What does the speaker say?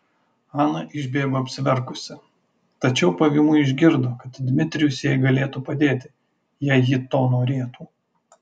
ana išbėgo apsiverkusi tačiau pavymui išgirdo kad dmitrijus jai galėtų padėti jei ji to norėtų